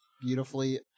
beautifully